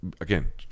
again